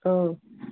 ꯑꯥ